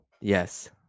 yes